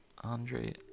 Andre –